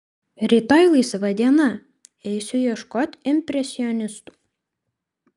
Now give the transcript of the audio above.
rytoj laisva diena eisiu ieškot impresionistų